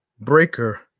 Breaker